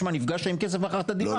תשמע נפגשת עם כסף מכרת דירה.